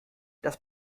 das